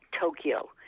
Tokyo